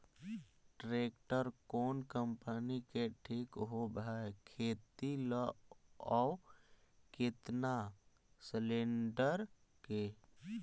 Tractor कोन company के ठीक होब है खेती ल औ केतना सलेणडर के?